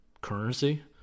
currency